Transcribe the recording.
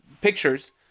pictures